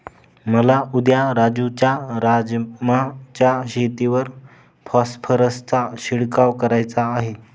मला उद्या राजू च्या राजमा च्या शेतीवर फॉस्फरसचा शिडकाव करायचा आहे